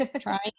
trying